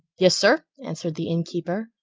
yes, sir, answered the innkeeper,